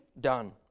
done